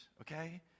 Okay